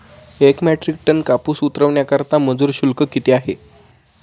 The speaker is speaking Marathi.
एक मेट्रिक टन कापूस उतरवण्याकरता मजूर शुल्क किती आहे?